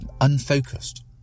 unfocused